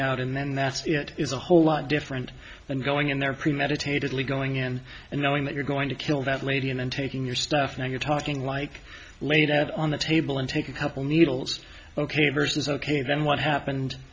out and then that's it is a whole lot different than going in there premeditatedly going in and knowing that you're going to kill that lady and then taking your stuff now you're talking like laid out on the table and take a couple needles ok versus ok then what happened